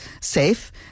safe